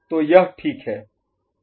तो यह ठीक है